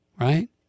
Right